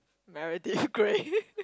Meredith grey